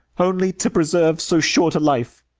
only to preserve so short a life,